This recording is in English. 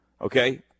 Okay